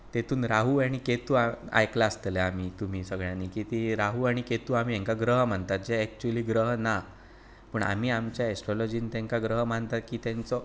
तेतून राहू आनी केतू आयकलां आसतलें आमी तुमी सगळ्यांनी की ती राहू आनी केतू आमी हांकां ग्रह मानतात पूण जे एक्चुली ग्रह नात आनी पूण आमी आमच्या एस्ट्रोलोजींत तांकां ग्रह मानताता कित्याक तांचो